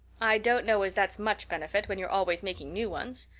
i don't know as that's much benefit when you're always making new ones.